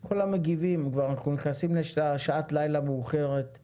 אני יודע שזה עלה אבל אני מרגיש את עצמי מחויב לפחות להגיד את